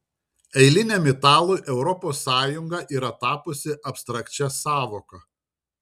eiliniam italui europos sąjunga yra tapusi abstrakčia sąvoka